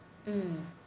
hmm